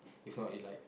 if not it like